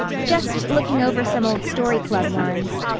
just looking over some old story club yarns.